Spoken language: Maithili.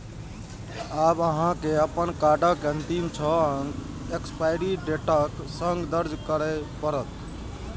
आब अहां के अपन कार्डक अंतिम छह अंक एक्सपायरी डेटक संग दर्ज करय पड़त